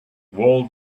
wall